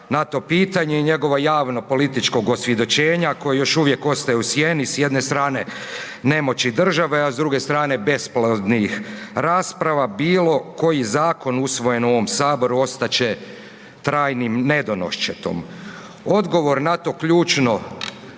na to pitanje i njegovog javno političkog osvjedočenja koje još uvijek ostaje u sjeni s jedne strane nemoći države, a s druge strane besplodnih rasprava bilo koji zakon usvojen u ovom saboru ostat će trajnim nedonoščetom. Odgovor na to ključno